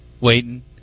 waiting